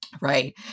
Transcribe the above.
Right